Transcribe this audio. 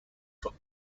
from